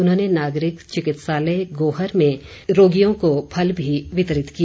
उन्होंने नागरिक चिकित्सालय गोहर में रोगियों को फल भी वितरित किए